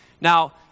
Now